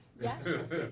Yes